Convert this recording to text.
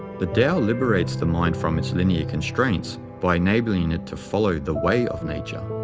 the tao liberates the mind from its linear constraints by enabling it to follow the way of nature.